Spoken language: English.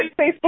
Facebook